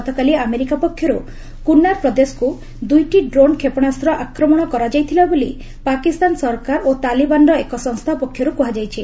ଗତକାଲି ଆମେରିକା ପକ୍ଷରୁ କୁନାର ପ୍ରଦେଶକୁ ଦୁଇଟି ଡୋନ୍ କ୍ଷେପଣାସ୍ତ ଆକ୍ମଣ କରାଯାଇଥିଲା ବୋଲି ପାକିସ୍ତାନ ସରକାର ଓ ତାଲିବାନ୍ର ଏକ ସଂସ୍ଥା ପକ୍ଷରୁ କୁହାଯାଇଛି